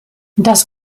das